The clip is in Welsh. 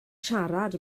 siarad